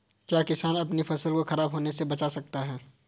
क्या किसान अपनी फसल को खराब होने बचा सकते हैं कैसे?